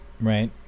right